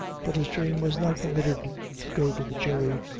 but his dream was not permitted go to the jury,